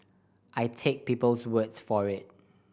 I take people's words for it